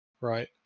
right